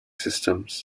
systems